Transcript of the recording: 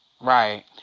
Right